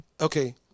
okay